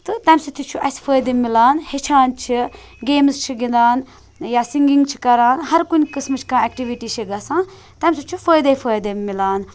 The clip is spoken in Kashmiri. تہٕ تَمہِ سۭتۍ تہِ چھُ اسہِ فٲیِدٕ مِلان ہیٚچھان چھِ گیمٕز چھِ گِنٛدان یا سِنٛگِنٛگ چھِ کَران ہر کُنہِ قٕسمٕچ کانٛہہ ایکٹِوِٹی چھِ گَژھان تَمہِ سۭتۍ چھُ فٲیِدٕے فٲیِدٕ مِلان